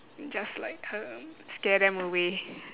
just like um scare them away